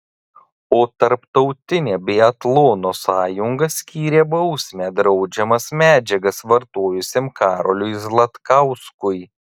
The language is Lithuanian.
o tarptautinė biatlono sąjunga skyrė bausmę draudžiamas medžiagas vartojusiam karoliui zlatkauskui